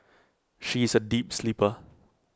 she is A deep sleeper